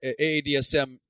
AADSM